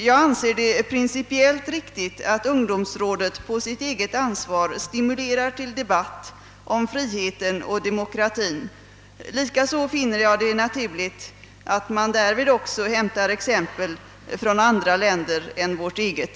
Jag anser det principiellt riktigt att ungdomsrådet på sitt eget ansvar stimulerar till debatt om friheten och demokratin. Likaså finner jag det naturligt att man därvid också hämtar exempel från andra länder än vårt eget.